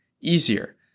easier